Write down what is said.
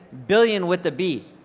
billion with a b.